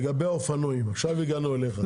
לגבי אופנועים, עכשיו הגענו אליך.